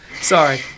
Sorry